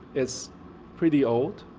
it's pretty old,